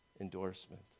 endorsement